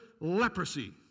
leprosy